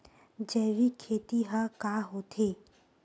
जैविक खेती ह का होथे?